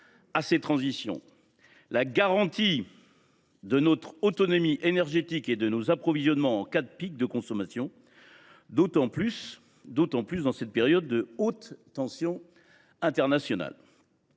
à cette transition ; la garantie de notre autonomie énergétique et de nos approvisionnements en cas de pic de consommation, en cette période de hautes tensions internationales